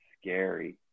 scary